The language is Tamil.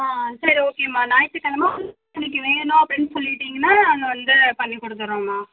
ஆ சரி ஓகேமா ஞாயிற்று கெழம உங்களுக்கு வேணும் அப்படின்னு சொல்லிவிட்டிங்கனா நாங்கள் வந்து பண்ணிகொடுத்துறோமா